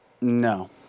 No